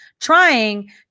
trying